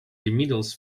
inmiddels